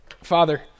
Father